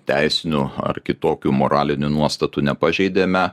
teisinių ar kitokių moralinių nuostatų nepažeidėme